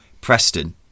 Preston